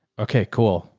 okay, cool.